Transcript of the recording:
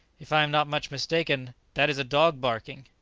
if i am not much mistaken, that is a dog barking!